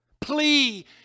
plea